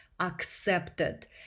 accepted